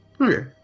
Okay